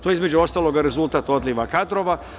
To je, između ostalog, rezultat odliva kadrova.